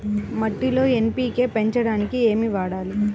మట్టిలో ఎన్.పీ.కే పెంచడానికి ఏమి వాడాలి?